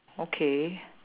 okay